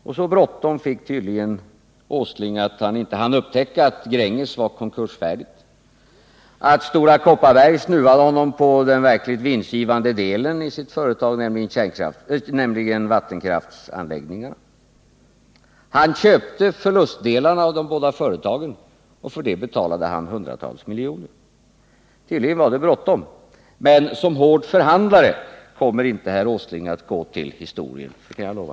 Och så bråttom fick tydligen Nils Åsling, att han inte hann upptäcka att Gränges var konkursfärdigt och att Stora Kopparberg snuvade honom på den verkligt vinstgivande delen av sitt företag, nämligen vattenkraftsanläggningarna. Han köpte förlustdelarna av de båda företagen, och för det betalade han hundratals miljoner, så tydligen var det bråttom. Men som hård förhandlare kommer inte herr Åsling att gå till historien, det kan jag lova.